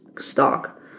stock